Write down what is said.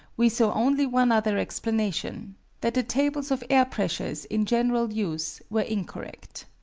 we saw only one other explanation that the tables of air-pressures in general use were incorrect.